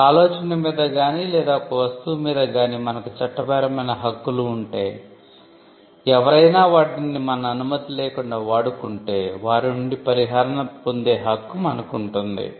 ఒక ఆలోచన మీద గానీ లేదా ఒక వస్తువు మీద గానీ మనకు చట్టపరమైన హక్కులు ఉంటే ఎవరైనా వాటిని మన అనుమతి లేకుండా వాడుకుంటే వారినుండి పరిహారం పొందే హక్కు మనకుంటుంది